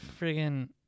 friggin